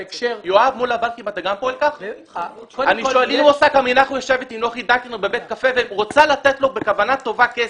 יושבת פקידה עם נוחי דנקנר בבית קפה ורוצה לתת לו בכוונה טובה כסף,